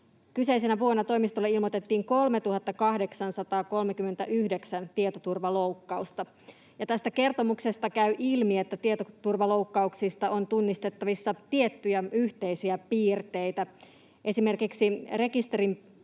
Kyseisenä vuonna toimistolle ilmoitettiin 3 839 tietoturvaloukkausta, ja tästä kertomuksesta käy ilmi, että tietoturvaloukkauksista on tunnistettavissa tiettyjä yhteisiä piirteitä. Esimerkiksi rekisterinpitäjien